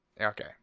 Okay